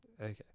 Okay